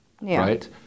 right